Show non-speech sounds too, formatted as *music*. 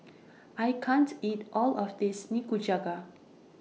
*noise* I can't eat All of This Nikujaga